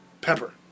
Pepper